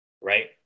right